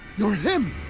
you're him!